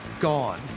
gone